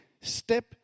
step